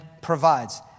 provides